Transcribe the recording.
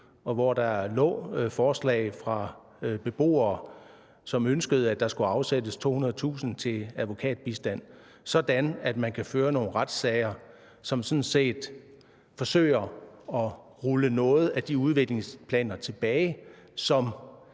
og hvor der lå forslag fra beboere, som ønskede, at der skulle afsættes 200.000 kr. til advokatbistand, så man kan føre nogle retssager, som sådan set forsøger at rulle noget i de udviklingsplaner, som